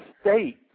State